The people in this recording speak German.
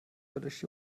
höllisch